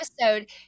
episode